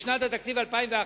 בשנת 2011,